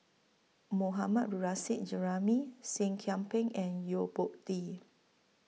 Mohammad Nurrasyid Juraimi Seah Kian Peng and Yo Po Tee